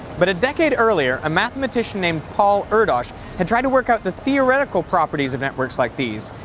but a decade earlier, a mathematician named paul erdos had tried to work out the theoretical properties of networks like these.